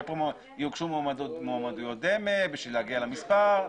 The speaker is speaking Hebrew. שיוגשו מועמדויות דמה בשביל להגיע למספר,